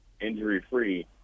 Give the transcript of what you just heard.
injury-free